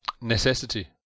Necessity